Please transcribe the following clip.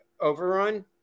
overrun